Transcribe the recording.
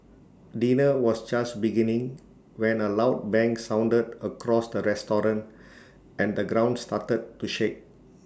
dinner was just beginning when A loud bang sounded across the restaurant and the ground started to shake